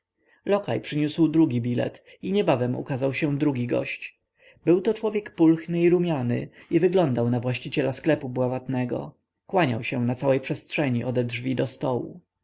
przyniósł drugi bilet i niebawem ukazał się drugi gość byłto człowiek pulchny i rumiany i wyglądał na właściciela sklepu bławatnego kłaniał się na całej przestrzeni ode drzwi do stołu